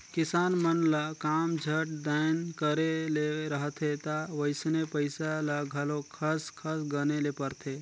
किसान मन ल काम झट दाएन करे ले रहथे ता वइसने पइसा ल घलो खस खस गने ले परथे